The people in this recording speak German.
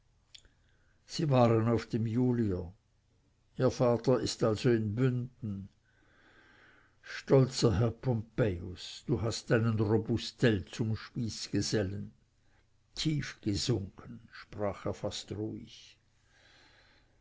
sie waren auf dem julier ihr vater ist also in bünden stolzer herr pompejus du hast einen robustell zum spießgesellen tief gesunken sprach er fast ruhig